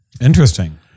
Interesting